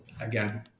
again